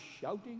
shouting